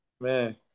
Man